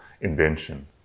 invention